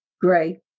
gray